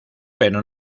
pero